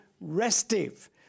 restive